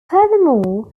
furthermore